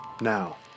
now